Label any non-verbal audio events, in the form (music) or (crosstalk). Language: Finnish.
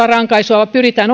(unintelligible) rankaisua vaan pyritään (unintelligible)